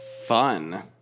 fun